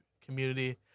community